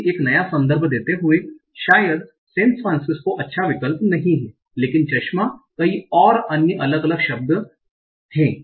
इसलिए एक नया संदर्भ देते हुए शायद सैन फ्रांसिस्को अच्छा विकल्प नहीं है लेकिन चश्मा कई ओर अन्य अलग अलग शब्द हैं